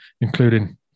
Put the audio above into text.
including